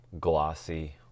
glossy